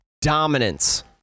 dominance